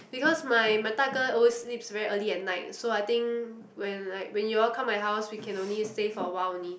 because my my 大哥 always sleeps very early at night so I think when like when you all come my house we can only stay for a while only